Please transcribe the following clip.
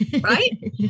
right